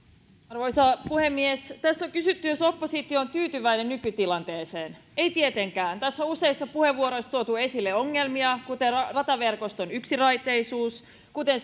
arvoisa puhemies tässä on kysytty jos oppositio on tyytyväinen nykytilanteeseen ei tietenkään tässä on useissa puheenvuoroissa tuotu esille ongelmia kuten rataverkoston yksiraiteisuus kuten